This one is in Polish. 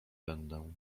będę